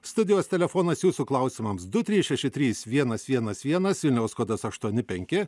studijos telefonas jūsų klausimams du trys šeši trys vienas vienas vienas vilniaus kodas aštuoni penki